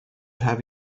have